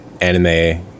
anime